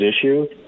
issue